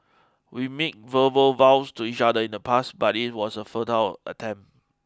we made verbal vows to each other in the past but it was a futile attempt